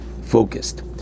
focused